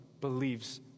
believes